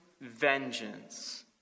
vengeance